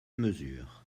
mesure